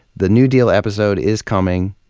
the new deal episode is coming,